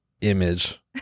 image